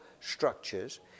structures